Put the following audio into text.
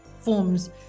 forms